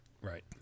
right